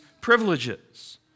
privileges